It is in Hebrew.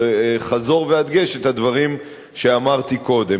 חזור והדגש, את הדברים שאמרתי קודם.